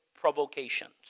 provocations